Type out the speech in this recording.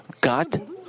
God